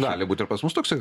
gali būt ir pas mus toksai